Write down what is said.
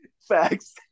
Facts